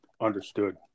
understood